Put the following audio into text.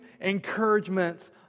encouragements